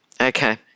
Okay